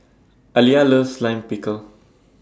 Aliyah loves Lime Pickle